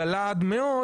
דלה עד מאוד